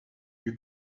you